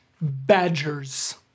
badgers